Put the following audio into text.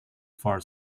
for